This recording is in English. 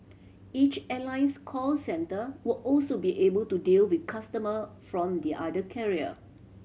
each airline's call centre will also be able to deal with customer from the other carrier